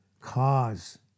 Cause